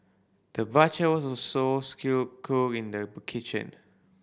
the butcher was also skilled cook in the kitchen